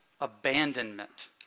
abandonment